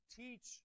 teach